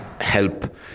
help